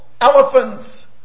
elephants